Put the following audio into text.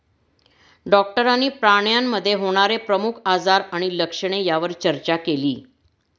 डॉक्टरांनी प्राण्यांमध्ये होणारे प्रमुख आजार आणि लक्षणे यावर चर्चा केली